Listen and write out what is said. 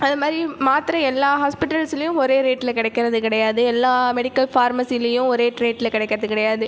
அது மாதிரி மாத்திரை எல்லா ஹாஸ்பிட்டல்ஸ்லேயும் ஒரே ரேட்டில் கிடைக்கறது கிடையாது எல்லா மெடிக்கல் ஃபார்மஸிலியும் ஒரே ரேட்டில் கிடைக்கறது கிடையாது